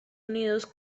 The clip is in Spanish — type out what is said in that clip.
unidos